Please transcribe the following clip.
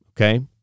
okay